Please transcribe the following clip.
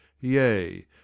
yea